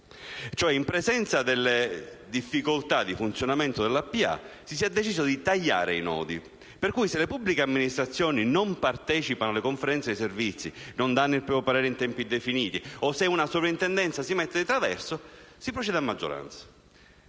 in presenza delle suddette difficoltà di funzionamento della pubblica amministrazione, si sia deciso di tagliare i nodi, per cui se le pubbliche amministrazioni non partecipano alle Conferenze di servizi, o non danno il proprio parere i tempi definiti o se una Sovrintendenza si mette di traverso, si procede a maggioranza,